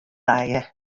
lije